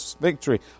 victory